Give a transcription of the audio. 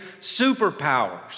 superpowers